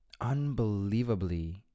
unbelievably